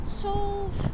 solve